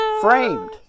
Framed